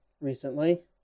recently